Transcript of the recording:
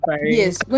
yes